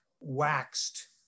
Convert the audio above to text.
waxed